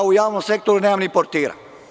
U javnom sektoru nemam ni portira.